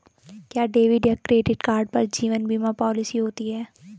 क्या डेबिट या credit card पर जीवन बीमा पॉलिसी होती है?